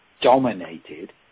dominated